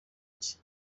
cye